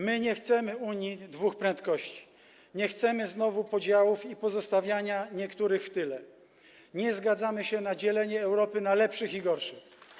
My nie chcemy Unii dwóch prędkości, nie chcemy znowu podziałów i pozostawiania niektórych w tyle, nie zgadzamy się na dzielenie Europy na lepszych i gorszych.